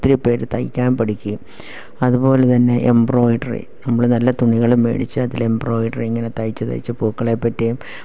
ഒത്തിരി പേര് തയ്ക്കാൻ പഠിക്കുകയും അത്പോലെ തന്നെ എംബ്രോയ്ഡറി നമ്മള് നല്ല തുണികള് മേടിച്ച് അതില് എംബ്രോയ്ഡറി ഇങ്ങനെ തയിച്ച് തയിച്ച് പൂക്കളെ പറ്റിയും